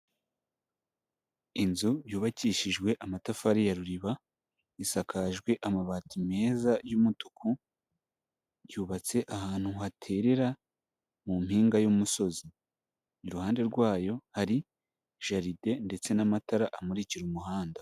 Inzu yubakishijwe amatafari ya ruriba, isakajwe amabati meza y'umutuku, yubatse ahantu haterera mu mpinga y'umusozi, iruhande rwayo hari jaride ndetse n'amatara amurikira umuhanda.